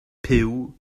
puw